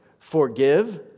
Forgive